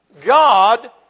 God